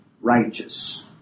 righteous